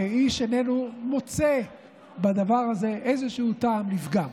ואיש איננו מוצא בדבר הזה איזשהו טעם לפגם.